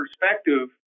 perspective